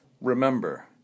Remember